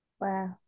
Wow